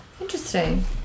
interesting